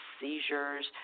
seizures